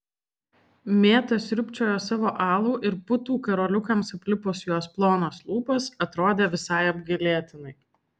mėta sriubčiojo savo alų ir putų karoliukams aplipus jos plonas lūpas atrodė visai apgailėtinai